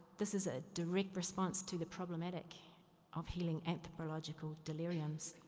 this is a direct response to the problematic of healing anthropological deliriums.